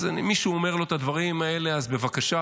אז אם מישהו אומר לו את הדברים האלה, אז בבקשה.